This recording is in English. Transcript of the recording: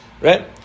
right